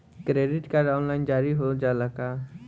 Credit card online जारी हो जाला का?